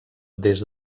des